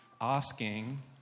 asking